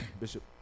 bishop